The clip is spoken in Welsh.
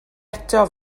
eto